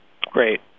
Great